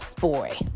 boy